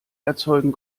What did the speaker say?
erzeugen